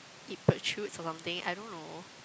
it protrudes or something I don't know